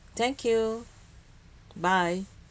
thank you bye